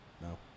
No